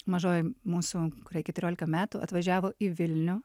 mažoji mūsų kuriai keturiolika metų atvažiavo į vilnių